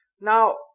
Now